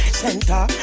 center